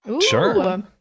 Sure